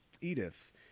Edith